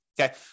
Okay